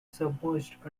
submerged